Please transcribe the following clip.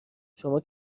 شما